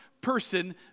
Person